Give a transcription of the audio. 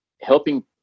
helping